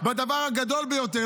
בדבר הגדול ביותר.